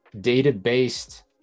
data-based